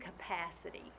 capacity